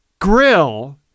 grill